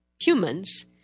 humans